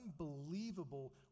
unbelievable